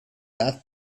asked